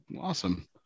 Awesome